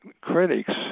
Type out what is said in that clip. critics